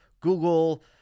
Google